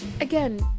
again